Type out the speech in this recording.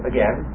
Again